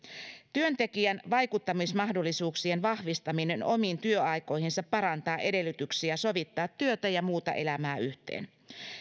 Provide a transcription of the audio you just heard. työntekijän vaikuttamismahdollisuuksien vahvistaminen omiin työaikoihinsa parantaa edellytyksiä sovittaa työtä ja muuta elämää yhteen